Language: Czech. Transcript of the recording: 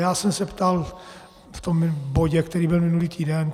Já jsem se ptal v tom bodě, který byl minulý týden.